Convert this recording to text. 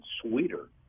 sweeter